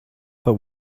but